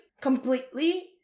completely